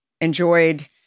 enjoyed